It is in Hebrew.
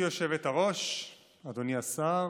אדוני השר,